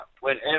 whenever